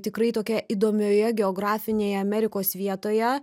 tikrai tokia įdomioje geografinėje amerikos vietoje